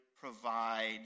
provide